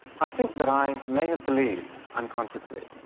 i think that i may have believed unconsciously,